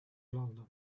london